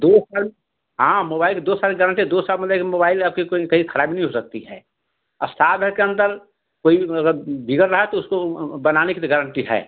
दो साल हाँ मोबाइल पर दो साल की गारंटी है दो साल मतलब कि मोबाइल आपके कोई कहीं खराबी नहीं हो सकती है और साल भर के अंदर कोई अगर बिगर रहा है तो उसको बनाने की भी गारंटी है